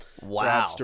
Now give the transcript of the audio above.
Wow